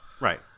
Right